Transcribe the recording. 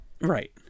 Right